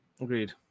agreed